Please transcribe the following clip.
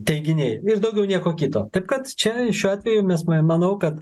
teiginiai ir daugiau nieko kito taip kad čia šiuo atveju mes manau kad